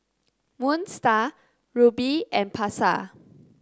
Moon Star Rubi and Pasar